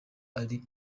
ari